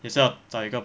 也是要找一个